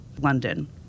London